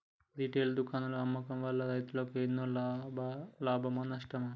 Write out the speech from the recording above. Retail దుకాణాల్లో అమ్మడం వల్ల రైతులకు ఎన్నో లాభమా నష్టమా?